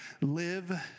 live